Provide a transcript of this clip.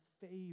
favor